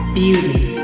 beauty